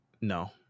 No